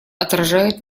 отражает